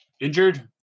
injured